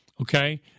okay